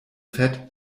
fett